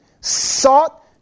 sought